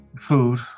food